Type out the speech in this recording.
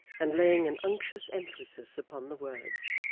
and laying an unctuous emphasis upon the words.